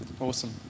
Awesome